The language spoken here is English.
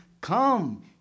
come